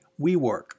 WeWork